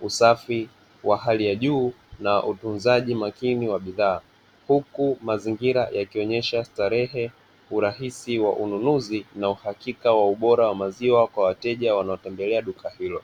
usafi wa hali ya juu na utunzaji makini wa bidhaa huku mazingira yakionyesha starehe, urahisi wa ununuzi na uhakika wa ubora wa maziwa kwa wateja wanaotembelea duka hilo.